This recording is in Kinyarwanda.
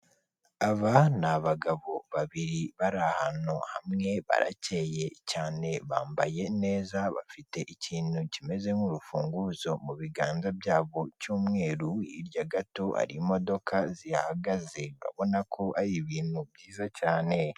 Aba ni abagabo babiri bari ahantu hamwe, barakeye cyane, bambaye neza, bafite ikintu kimeze nk'urufunguzo mu biganza byabo cy'umweru, hirya gato hari imodoka zihahagaze, urabona ko ari ibintu byiza cyane.